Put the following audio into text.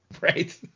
Right